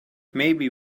maybe